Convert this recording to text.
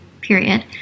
period